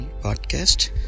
podcast